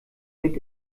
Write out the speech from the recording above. wird